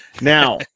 Now